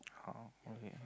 okay